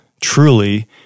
truly